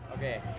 Okay